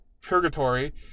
purgatory